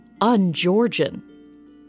un-Georgian